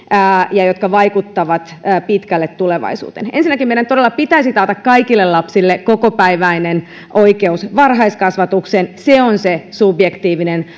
ja jotka vaikuttavat pitkälle tulevaisuuteen ensinnäkin meidän todella pitäisi taata kaikille lapsille kokopäiväinen oikeus varhaiskasvatukseen se on se subjektiivinen